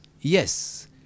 yes